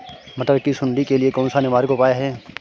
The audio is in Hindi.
मटर की सुंडी के लिए कौन सा निवारक उपाय है?